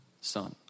Son